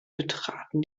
betraten